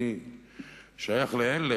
אני שייך לאלה